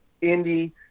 Indy